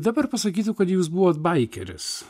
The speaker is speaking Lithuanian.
dabar pasakysiu kad jūs buvot baikeris